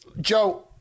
Joe